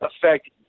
affect